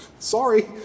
Sorry